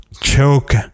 choke